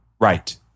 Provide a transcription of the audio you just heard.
Right